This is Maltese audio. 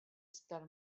isptar